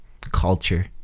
culture